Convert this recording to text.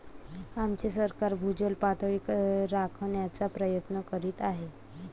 आमचे सरकार भूजल पातळी राखण्याचा प्रयत्न करीत आहे